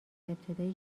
ابتدای